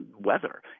weather